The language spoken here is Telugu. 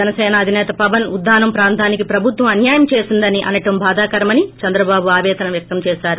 జనసీన అదినేత పవన్ ఉద్దనం ప్రాంతానికి ప్రబుత్వం అన్నాయం చేసిందని అనటం భాదాకరం అని చంద్రబాబు ఆవేదన వ్యక్తం చేసారు